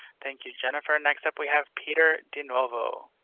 thank you jennifer next up we have peter di nuovo.